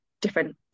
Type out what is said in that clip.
different